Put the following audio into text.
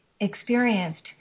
experienced